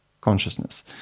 consciousness